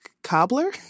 cobbler